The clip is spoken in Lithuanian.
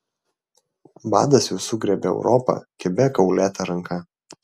badas jau sugriebė europą kibia kaulėta ranka